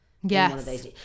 yes